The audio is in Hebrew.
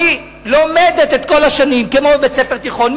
אני לומדת את כל השנים כמו בית-ספר תיכון,